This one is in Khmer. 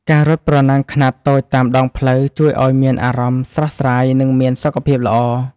ការរត់ប្រណាំងខ្នាតតូចតាមដងផ្លូវ ជួយឱ្យមានអារម្មណ៍ស្រស់ស្រាយ និងមានសុខភាពល្អ។